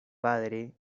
padre